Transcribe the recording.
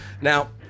Now